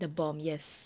the bomb yes